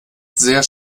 sehr